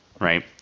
Right